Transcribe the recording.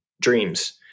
dreams